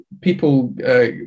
people